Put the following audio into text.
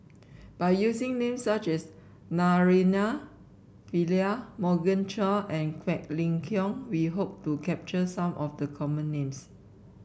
by using names such as Naraina Pillai Morgan Chua and Quek Ling Kiong we hope to capture some of the common names